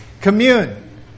Commune